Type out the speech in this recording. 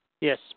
Yes